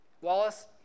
Wallace